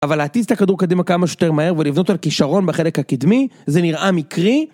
אבל להטיס את הכדור קדימה כמה שיותר מהר ולבנות על כישרון בחלק הקדמי זה נראה מקרי